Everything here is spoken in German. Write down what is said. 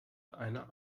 einer